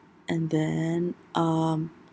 and then um